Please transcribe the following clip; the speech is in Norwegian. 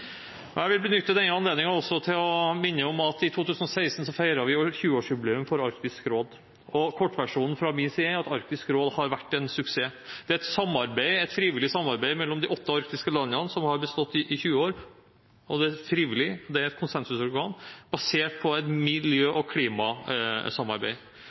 Jeg vil også benytte denne anledningen til å minne om at i 2016 feiret vi 20-årsjubileet for Arktisk råd, og kortversjonen fra min side er at Arktisk råd har vært en suksess. Det er et frivillig samarbeid mellom de åtte arktiske landene som har bestått i 20 år, og det er et konsensusorgan basert på et miljø- og klimasamarbeid. Det har vært innovativt i sin måte å møte verden på,